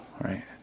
right